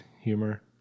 humor